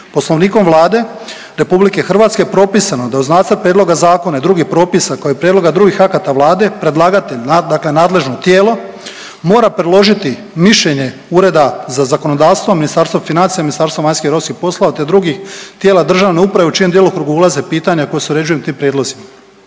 Poslovnikom Vlade RH propisano je da uz nacrt prijedloga zakona i drugih propisa, kao i prijedloga drugih akata Vlade, predlagatelj, dakle nadležno tijelo mora priložiti mišljenje Ureda za zakonodavstvo, Ministarstva financija, Ministarstvo vanjskih i europskih poslova te drugih tijela državne uprave u čijem djelokrugu ulaze pitanja kojim se uređuju ti prijedlozi.